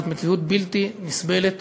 זאת מציאות בלתי נסבלת